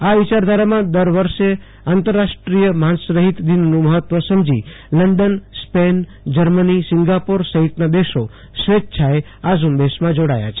આ વિયારધારામાં દર વર્ષ આંતરરાષ્ટ્રીય માંસરહિત દિનનું મહત્વ સમજી લંડન સ્પેન જર્મની સિંગાપુર સહિતના દેશો સ્વેચ્છાએ આ ઝુંબેશમાં જોડાયા છે